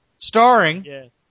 Starring